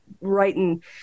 writing